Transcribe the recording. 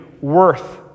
worth